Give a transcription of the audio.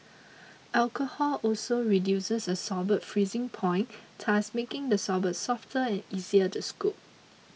alcohol also reduces a sorbet's freezing point thus making the sorbet softer and easier to scoop